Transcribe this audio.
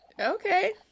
Okay